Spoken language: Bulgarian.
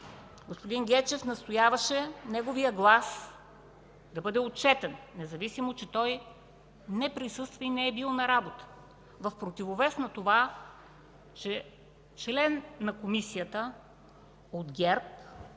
Господин Гечев настояваше неговият глас да бъде отчетен, независимо че той не присъства и не е бил на работа, в противовес на това, че член на Комисията от ГЕРБ